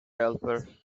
helper